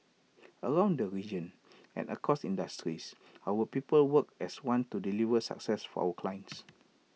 around the region and across industries our people work as one to deliver success for our clients